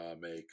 make